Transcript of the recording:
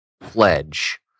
pledge